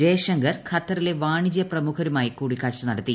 ജയശങ്കർ ഖത്തറിലെ വാണിജ്യ പ്രമുഖരുമായി കൂടിക്കാഴ്ച നടത്തി